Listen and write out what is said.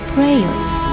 prayers